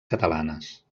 catalanes